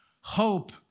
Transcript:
hope